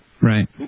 Right